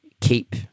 keep